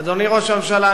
אדוני ראש הממשלה,